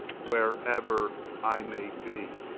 wherever i may be.